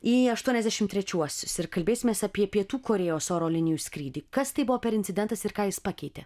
į aštuoniasdešim trečiuosius ir kalbėsimės apie pietų korėjos oro linijų skrydį kas tai buvo per incidentas ir ką jis pakeitė